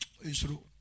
Israel